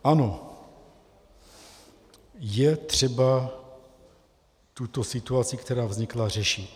Ano, je třeba tuto situaci, která vznikla, řešit.